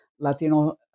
Latino